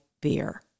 beer